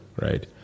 right